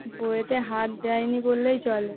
বইয়েতে হাত দেয় নি বললেই চলে